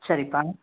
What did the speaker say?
சரிப்பா